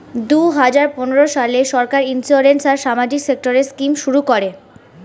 দুই হাজার পনেরো সালে সরকার ইন্সিওরেন্স আর সামাজিক সেক্টরের স্কিম শুরু করে